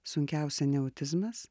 sunkiausia ne autizmas